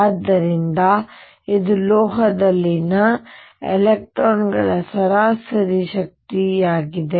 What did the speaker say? ಆದ್ದರಿಂದ ಇದು ಲೋಹದಲ್ಲಿನ ಎಲೆಕ್ಟ್ರಾನ್ ಗಳ ಸರಾಸರಿ ಶಕ್ತಿಯಾಗಿದೆ